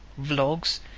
vlogs